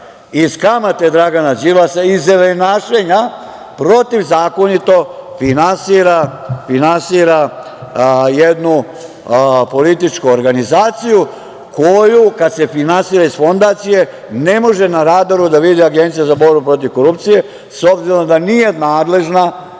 iz kamate Dragana Đilasa, iz zelenašenja, protivzakonito finansira jednu političku organizaciju koju, kad se finansira iz fondacije, ne može da radaru da vidi Agencija za borbu protiv korupcije, s obzirom da nije nadležna,